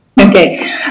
Okay